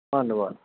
ਧੰਨਵਾਦ